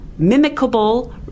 mimicable